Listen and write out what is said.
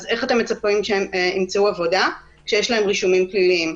איך אתם מצפים שהן ימצאו עבודה כשיש להן רישומים פליליים?